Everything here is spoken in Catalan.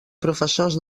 professors